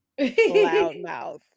loudmouth